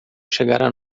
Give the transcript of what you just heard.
chegará